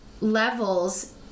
levels